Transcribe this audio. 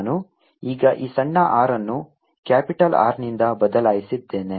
ನಾನು ಈಗ ಈ ಸಣ್ಣ r ಅನ್ನು ಕ್ಯಾಪಿಟಲ್ R ನಿಂದ ಬದಲಾಯಿಸಲಿದ್ದೇನೆ